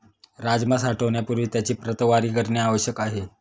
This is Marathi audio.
राजमा साठवण्यापूर्वी त्याची प्रतवारी करणे आवश्यक आहे